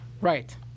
Right